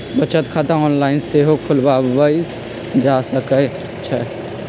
बचत खता ऑनलाइन सेहो खोलवायल जा सकइ छइ